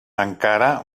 encara